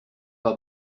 pas